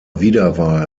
wiederwahl